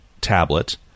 tablet